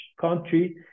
country